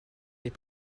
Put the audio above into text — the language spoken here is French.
est